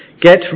Get